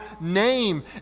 name